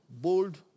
bold